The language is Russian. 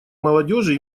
молодежи